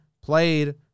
played